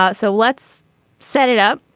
ah so let's set it up.